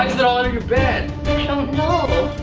um is it all under your bed? i don't know.